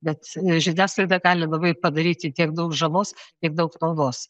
bet žiniasklaida gali labai padaryti tiek daug žalos tiek daug naudos